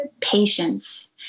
patience